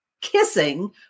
kissing